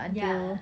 ya